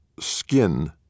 skin